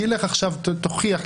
כי לך עכשיו תוכיח,